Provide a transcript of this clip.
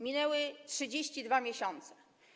Minęły 32 miesiące.